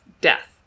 death